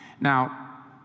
Now